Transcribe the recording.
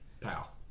pal